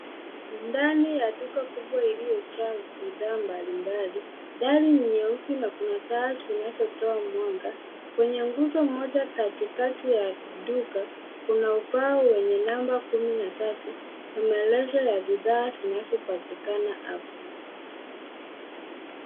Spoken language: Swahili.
Ndani ya duka kubwa iliyojaa bidhaa mbalimbali. Dari nyeusi na kuna taa zinazotoa mwanga. Kwenye nguzo moja katikati ya duka, kuna ubao wenye namba kumi na tatu na maelezo ya bidhaa zinazopatikana hapo.